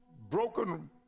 broken